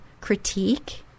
critique